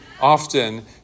often